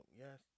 yes